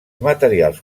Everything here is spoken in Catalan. materials